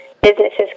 businesses